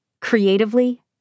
creatively